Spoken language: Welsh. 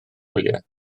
gwyliau